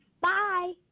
Bye